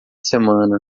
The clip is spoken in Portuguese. semana